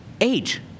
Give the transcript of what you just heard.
age